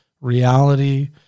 reality